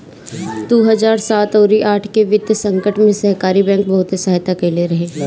दू हजार सात अउरी आठ के वित्तीय संकट में सहकारी बैंक बहुते सहायता कईले रहे